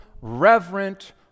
reverent